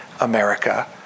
America